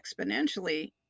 exponentially